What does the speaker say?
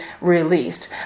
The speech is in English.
released